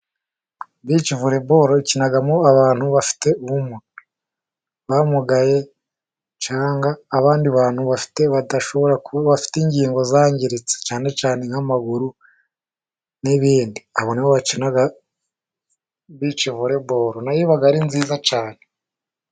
Bicivoreboro ikinamo abantu bafite ubumuga bamugaye, cyangwa abandi bantu bafite ingingo zangiritse cyane cyane nk'amaguru n'ibindi, abo ni bo bakina bicivoreboro na yo iba ari nziza cyane.